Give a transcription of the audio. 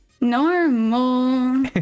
normal